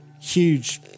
huge